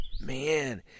Man